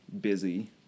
busy